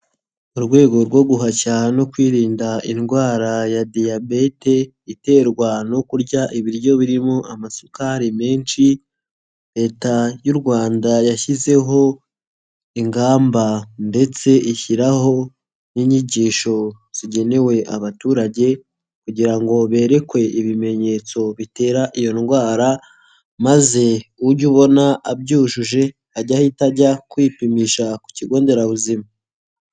Mu rwego rwo guhashya no kwirinda indwara ya diyabete iterwa no kurya ibiryo birimo amasukari menshi, Leta y'u Rwanda yashyizeho ingamba ndetse ishyiraho n'inyigisho zigenewe abaturage, kugira ngo berekwe ibimenyetso bitera iyo ndwara, maze ujye ubona abyujuje ajye ahita ajya kwipimisha ku kigo nderabuzima.